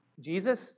Jesus